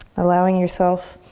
allowing yourself